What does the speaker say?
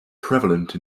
prevalent